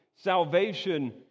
salvation